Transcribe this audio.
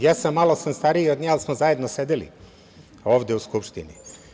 Jesam, malo sam stariji od nje, ali smo zajedno sedeli ovde u Skupštini.